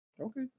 okay